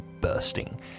bursting